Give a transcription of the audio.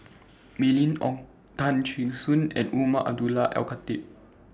Mylene Ong Tay Kheng Soon and Umar Abdullah Al Khatib